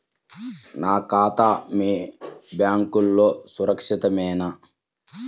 నా ఖాతా మీ బ్యాంక్లో సురక్షితమేనా?